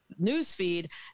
newsfeed